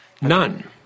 None